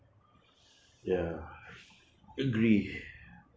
ya agree